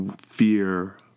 fear